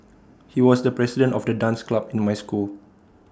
he was the president of the dance club in my school